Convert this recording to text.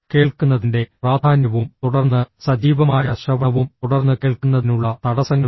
കേൾക്കുന്നതിന്റെ പ്രാധാന്യവും തുടർന്ന് സജീവമായ ശ്രവണവും തുടർന്ന് കേൾക്കുന്നതിനുള്ള തടസ്സങ്ങളും